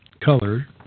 color